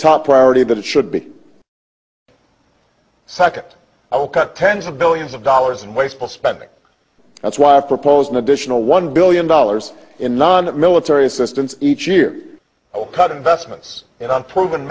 top priority that it should be sacked tens of billions of dollars in wasteful spending that's why i've proposed an additional one billion dollars in non military assistance each year cut investments